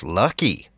lucky